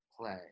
play